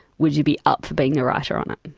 would you be up for being the writer on it?